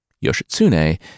Yoshitsune